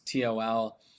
TOL